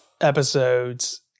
episodes